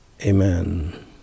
amen